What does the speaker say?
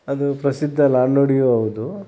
ಅದು ಪ್ರಸಿದ್ಧ ನಾಣ್ಣುಡಿಯೂ ಹೌದು